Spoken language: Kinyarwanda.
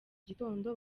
gitondo